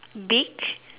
big